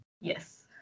Yes